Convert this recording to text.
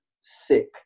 sick